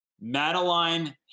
Madeline